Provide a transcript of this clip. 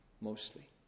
Mostly